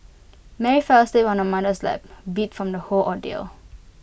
Mary fell asleep on her mother's lap beat from the whole ordeal